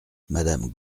madame